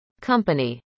company